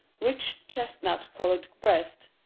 rich chestnut-colored breast,